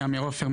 אני עמיר עופר,